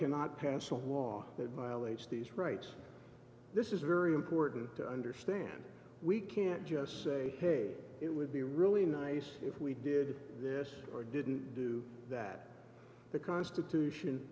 cannot pass a law that violates these rights this is very important to understand we can't just say hey it would be really nice if we did this or didn't do that the constitution